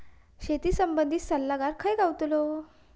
शेती संबंधित सल्लागार खय गावतलो?